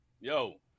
Yo